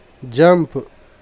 jump